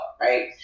right